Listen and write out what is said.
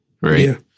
Right